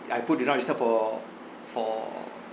I put do not disturb for for